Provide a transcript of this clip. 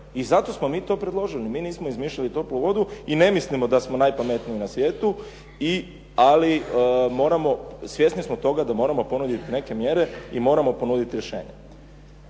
i zato smo mi to predložili. Mi nismo izmišljali toplu vodu i ne mislimo da smo najpametniji na svijetu ali moramo, svjesni smo toga da moramo ponuditi neke mjere i moramo ponuditi rješenja.